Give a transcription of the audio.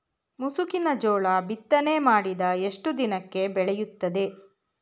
ಮುಸುಕಿನ ಜೋಳ ಬಿತ್ತನೆ ಮಾಡಿದ ಎಷ್ಟು ದಿನಕ್ಕೆ ಬೆಳೆಯುತ್ತದೆ?